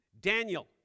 Daniel